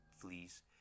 fleas